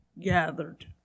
gathered